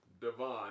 Devon